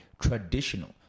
traditional